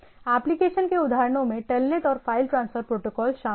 application के उदाहरणों में टेलनेट और फाइल ट्रांसफर प्रोटोकॉल शामिल हैं